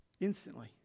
Instantly